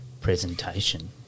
presentation